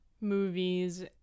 movies